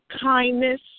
kindness